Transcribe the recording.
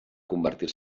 convertir